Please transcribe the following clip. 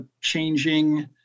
changing